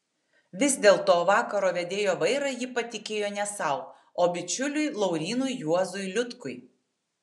vis dėlto vakaro vedėjo vairą ji patikėjo ne sau o bičiuliui laurynui juozui liutkui